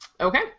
Okay